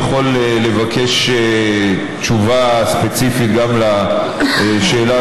אני יכול לבקש תשובה ספציפית גם על השאלה